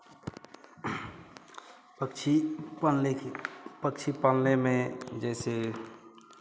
पक्षी पालने के पक्षी पालने में जैसे